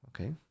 Okay